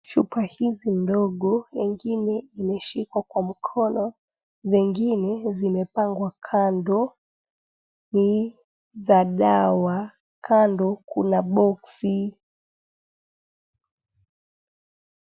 Chupa hizi ndogo, ingine imeshikwa kwa mkono, zengine zimepangwa kando ni za dawa. Kando kuna boksi